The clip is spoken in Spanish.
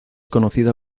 conocida